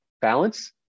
balance